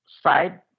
side